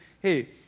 hey